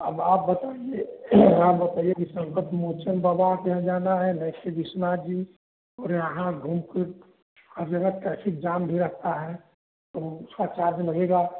अब आप बताइए आप बताइए कि संकट मोचन बाबा के यहाँ जाना है नहीं कि विश्वनाथ जी और यहाँ घूम कर हर जगह ट्रैफिक जाम भी लगता है तो उसका चार्ज लगेगा